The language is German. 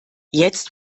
jetzt